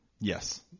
Yes